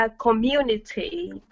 community